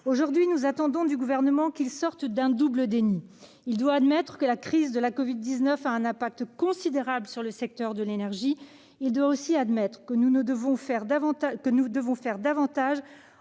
Aujourd'hui, nous attendons du Gouvernement qu'il sorte d'un double déni : il doit admettre que la crise de la covid-19 a un impact considérable sur le secteur de l'énergie, mais aussi que nous devons faire davantage